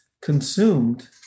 consumed